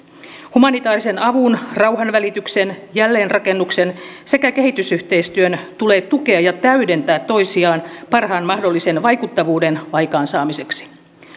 humanitaarisen avun rauhanvälityksen jälleenrakennuksen sekä kehitysyhteistyön tulee tukea ja täydentää toisiaan parhaan mahdollisen vaikuttavuuden aikaansaamiseksi